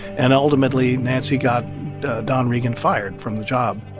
and ultimately, nancy got don regan fired from the job.